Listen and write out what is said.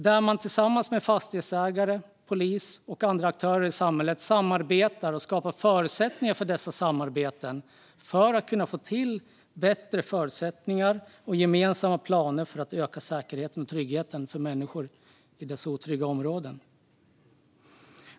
Här samarbetar fastighetsägare, polis och andra aktörer i samhället för att skapa bättre förutsättningar och gemensamma planer i syfte att öka säkerheten och tryggheten i dessa otrygga områden.